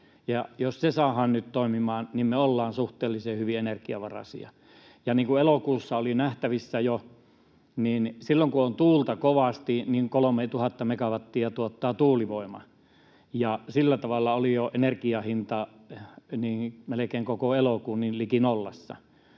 Jos se saadaan nyt toimimaan, niin me ollaan suhteellisen hyvin energiaomavaraisia. Niin kuin jo elokuussa oli nähtävissä, niin silloin kun on tuulta kovasti, niin 3 000 megawattia tuottaa tuulivoima, ja sillä tavalla oli jo energianhinta melkein koko elokuun liki nollassa,